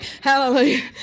hallelujah